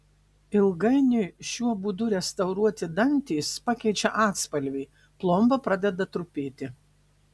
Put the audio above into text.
ilgainiui šiuo būdu restauruoti dantys pakeičia atspalvį plomba pradeda trupėti